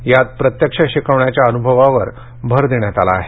यात प्रत्यक्ष शिकवण्याच्या अनुभवावर भर देण्यात आला आहे